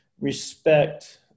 respect